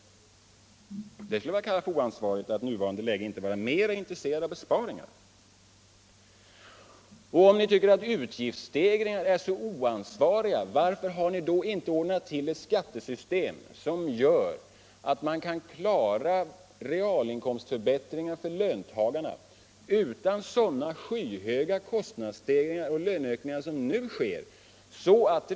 Det kan man kalla för oansvarighet att i nuvarande läge inte vara mera intresserad av besparingar. Om ni tycker att utgiftsstegringar är så oansvariga, varför har ni då inte ordnat till ett skattesystem som kan klara realinkomstförbättring för löntagarna utan sådana skyhöga kostnadsstegringar och löneökningar som vi nu har?